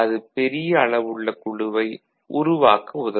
அது பெரிய அளவுள்ள குழுவை உருவாக்க உதவும்